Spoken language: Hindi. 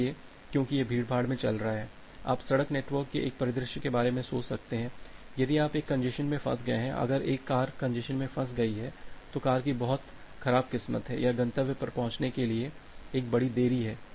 इसलिए क्योंकि यह भीड़भाड़ में चल रहा है आप सड़क नेटवर्क के एक परिदृश्य के बारे में सोच सकते हैं यदि आप एक कंजेस्शन में फ़स गए हैं अगर एक कार कंजेस्शन में फ़स गयी है तो कार की बहुत खराब किस्मत है या गंतव्य पर पहुंचने के लिए एक बड़ी देरी है